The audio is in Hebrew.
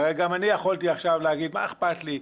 גם אני יכולתי עכשיו לומר שמה אכפת לי,